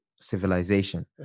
civilization